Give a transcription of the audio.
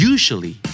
Usually